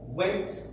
went